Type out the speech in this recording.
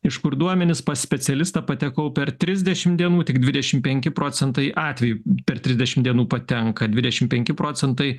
iš kur duomenys pas specialistą patekau per trisdešim dienų tik dvidešim penki procentai atvejų per trisdešim dienų patenka dvidešim penki procentai